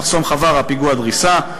בשומרון, פיגוע ירי.